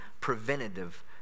preventative